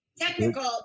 technical